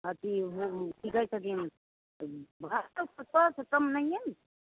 अथि की कहै छथिन नहिये ने